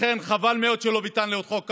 לכן, חבל מאוד שלא ביטלנו את חוק קמיניץ.